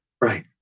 Right